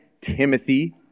Timothy